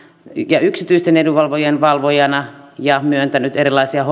ja yksityisten edunvalvojien valvojana ja myöntänyt erilaisia